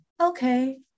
okay